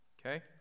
Okay